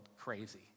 crazy